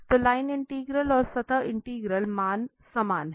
तो line integral और सतह इंटीग्रल मान समान हैं